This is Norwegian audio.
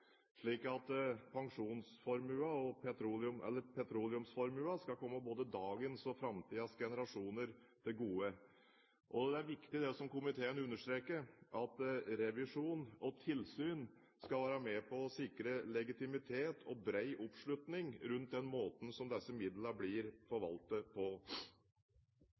slik at petroleumsformuen skal komme både dagens og framtidens generasjoner til gode. Det er viktig det komiteen understreker, at revisjon og tilsyn skal være med på å sikre legitimitet og bred oppslutning rundt den måten disse midlene blir forvaltet på.